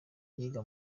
yiga